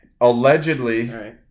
Allegedly